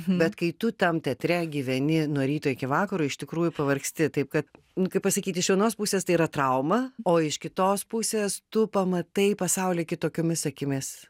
bet kai tu tam teatre gyveni nuo ryto iki vakaro iš tikrųjų pavargsti taip kad nu kaip pasakyt iš vienos pusės tai yra trauma o iš kitos pusės tu pamatai pasaulį kitokiomis akimis